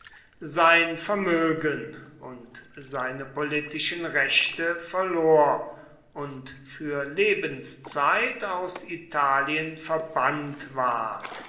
sein vermögen und seine politischen rechte verlor und für lebenszeit aus italien verbannt ward